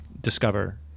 discover